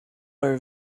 are